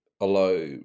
allow